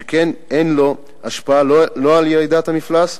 שכן אין לו השפעה לא על ירידת המפלס,